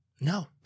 No